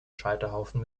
scheiterhaufen